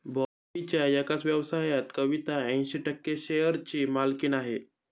बॉबीच्या एकाच व्यवसायात कविता ऐंशी टक्के शेअरची मालकीण आहे